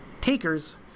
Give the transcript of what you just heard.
takers